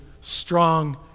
strong